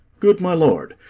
good my lord,